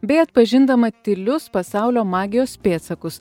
bei atpažindama tylius pasaulio magijos pėdsakus